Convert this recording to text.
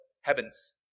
heavens